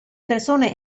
persone